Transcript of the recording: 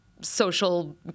social